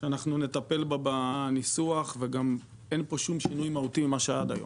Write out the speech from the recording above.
שאנחנו נטפל בה בניסוח וגם אין פה שום שינוי מהותי ממה שעד היום.